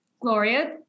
Gloria